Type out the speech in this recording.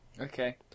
okay